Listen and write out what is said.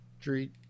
treat